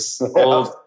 old